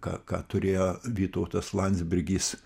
ką ką turėjo vytautas landsbergis